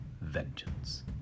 Vengeance